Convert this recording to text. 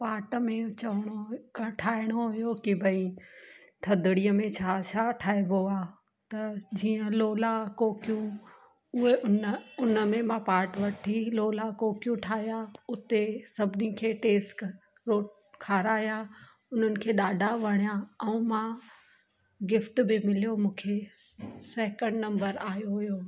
part में चवणो कण ठाहिणो हुयो की भई थधड़ीअ में छा छा ठाहिबो आहे त जीअं लोला कोकियूं उहे उन उनमें मां पार्ट वठी लोला कोकियूं ठाहिया उते सभिनी खे टेस्ट करो खारायां उन्हनि खे ॾाढा वणियां ऐं मां गिफ़्ट बि मिलियो मूंखे स सैकेंड नंबर आयो हुयो